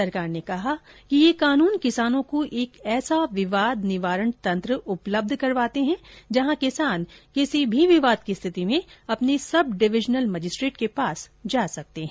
सरकार ने कहा है कि यह कानून किसानों को एक ऐसा विवाद निवारण तंत्र उपलब्ध करवाता है जहां किसान किसी भी विवाद की स्थिति में अपने सब डिवीजनल मजिस्ट्रेट के पास जा सकता है